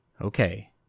Okay